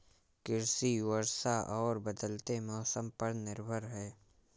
कृषि वर्षा और बदलते मौसम पर निर्भर है